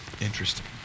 interesting